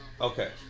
Okay